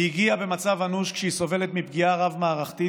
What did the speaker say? היא הגיעה במצב אנוש כשהיא סובלת מפגיעה רב-מערכתית